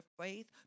faith